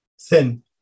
thin